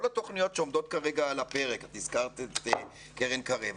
כל התוכניות שעומדות כרגע על הפרק את הזכרת את קרן קרב,